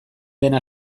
dena